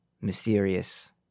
mysterious